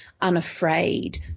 unafraid